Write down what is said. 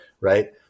right